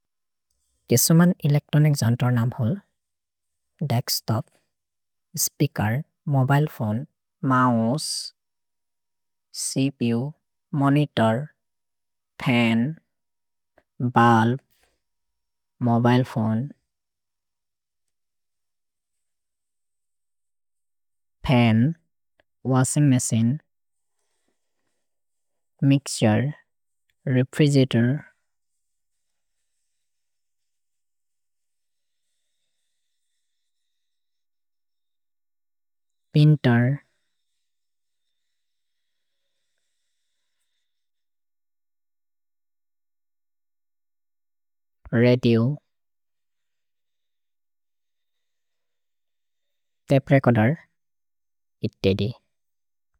किसुमन् एलेक्त्रोनिक् जन्तर्नम्होल्, desktop, speaker, mobile phone, mouse, CPU, monitor, pen, bulb, mobile phone, pen, washing machine, mixer, refrigerator, printer, radio, तपे recorder, etc.